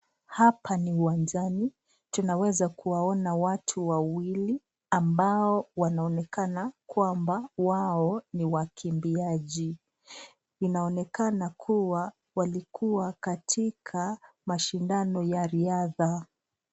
Hapa ni uwanjani. Tunaweza kuwaona watu wawili ambao wanaonekana kwamba wao ni wakimbiaji. Inaonekana kuwa walikuwa katika mashindano ya riadha.